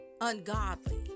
ungodly